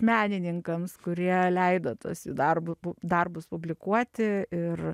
menininkams kurie leido tuos jų darbu darbus publikuoti ir